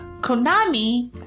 Konami